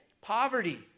Poverty